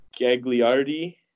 Gagliardi